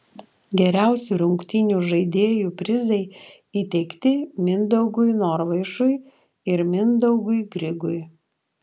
geriausių rungtynių žaidėjų prizai įteikti mindaugui norvaišui ir mindaugui grigui